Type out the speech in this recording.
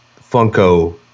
Funko